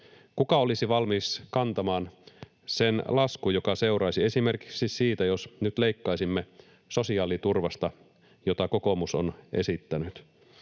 Kuka olisi valmis kantamaan sen laskun, joka seuraisi esimerkiksi siitä, jos nyt leikkaisimme sosiaaliturvasta, mitä kokoomus on esittänyt?